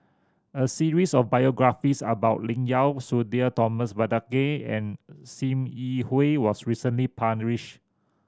a series of biographies about Lim Yau Sudhir Thomas Vadaketh and Sim Yi Hui was recently